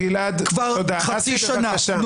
כבר חצי שנה.